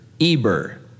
Eber